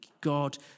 God